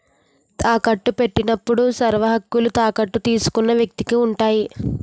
తాకట్టు పెట్టినప్పుడు సర్వహక్కులు తాకట్టు తీసుకున్న వ్యక్తికి ఉంటాయి